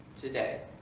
today